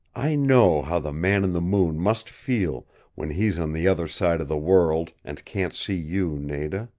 i know how the man in the moon must feel when he's on the other side of the world, and can't see you, nada.